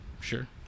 Sure